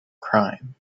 crime